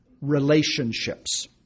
relationships